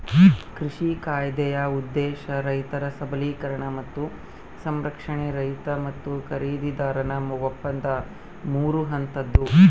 ಕೃಷಿ ಕಾಯ್ದೆಯ ಉದ್ದೇಶ ರೈತರ ಸಬಲೀಕರಣ ಮತ್ತು ಸಂರಕ್ಷಣೆ ರೈತ ಮತ್ತು ಖರೀದಿದಾರನ ಒಪ್ಪಂದ ಮೂರು ಹಂತದ್ದು